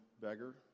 beggar